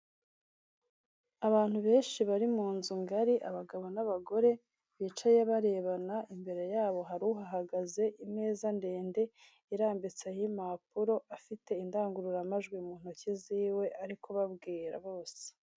Abantu benshi bari mu nzu ngari abagabo n'abagore bicaye barebana, imbere yabo hari uhahagaze, imeza ndende irambitseho impapuro, afite indangururamajwi mu ntoki ziwe ariko babwira bose.